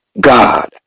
God